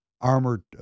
armored